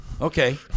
Okay